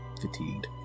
fatigued